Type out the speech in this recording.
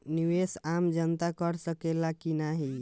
निवेस आम जनता कर सकेला की नाहीं?